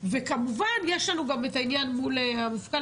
וכמובן יש לנו גם את העניין מול המפכ"ל